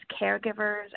caregivers